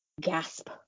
Gasp